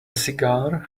cigar